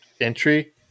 entry